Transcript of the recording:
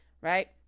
right